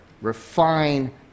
refine